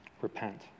repent